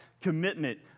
commitment